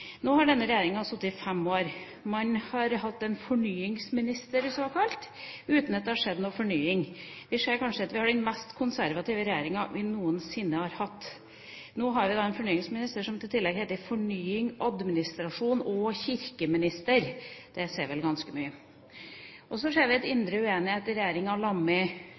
Nå har denne regjeringen sittet i fem år. Man har hatt en såkalt fornyingsminister uten at det har skjedd en fornying. Vi har kanskje den mest konservative regjeringa vi noensinne har hatt. Nå har vi en fornyingsminister som i tillegg heter fornyings-, administrasjons- og kirkeminister. Det sier vel ganske mye. Vi ser at indre uenighet i regjeringa